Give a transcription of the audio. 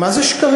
מה זה שקרים?